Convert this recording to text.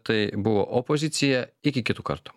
tai buvo opozicija iki kitų kartų